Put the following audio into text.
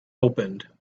opened